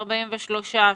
43,000,